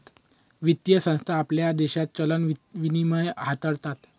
वित्तीय संस्था आपल्या देशात चलन विनिमय हाताळतात